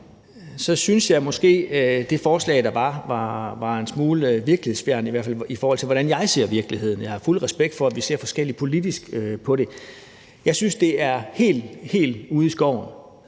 så synes jeg måske, at det forslag, der var, var en smule virkelighedsfjernt, i hvert fald i forhold til hvordan jeg ser virkeligheden. Jeg har fuld respekt for, at vi ser forskelligt politisk på det. Jeg synes, at det er helt, helt ude i skoven,